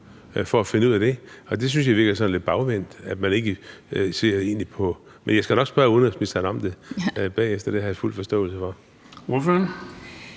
for at finde ud af det, og det synes jeg virker sådan lidt bagvendt. Men jeg skal nok spørge udenrigsministeren om det bagefter; det har jeg fuld forståelse for. Kl.